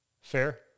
Fair